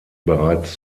bereits